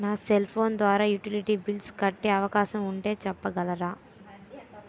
నా cell phone ద్వారా utility bills కట్టే అవకాశం ఉంటే చెప్పగలరా?